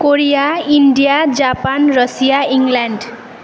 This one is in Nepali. Korea India Japan Russia England